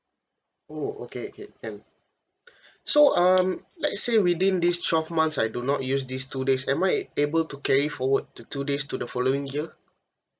oh okay okay can so um let's say within these twelve months I do not use these two days am I able to carry forward the two days to the following year